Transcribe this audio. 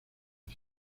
the